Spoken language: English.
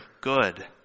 good